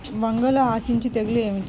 వంగలో ఆశించు తెగులు ఏమిటి?